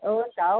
हुन्छ हवस्